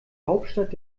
hauptstadt